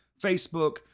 Facebook